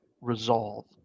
resolve